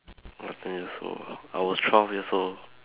ah ten years old ah I was twelve years old